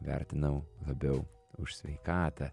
vertinau labiau už sveikatą